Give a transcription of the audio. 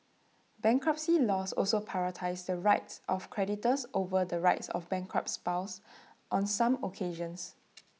bankruptcy laws also prioritise the rights of creditors over the rights of bankrupt's spouse on some occasions